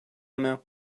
now